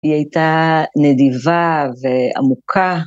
היא הייתה נדיבה ועמוקה.